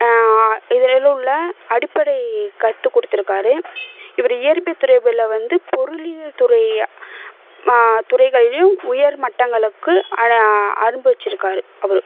இதுலலாம் உள்ள அடிப்படை கற்றுக்குடுத்துருக்காரு இவர் இயற்பியல் துறைபியலில் வந்து பொருளியில் துறை துறைகளிலும் உயர் மட்டங்களுக்கு அனுபவிச்சிருக்கார் அவர்